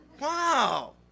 Wow